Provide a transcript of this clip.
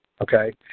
Okay